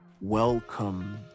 welcome